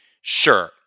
Sure